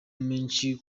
menshi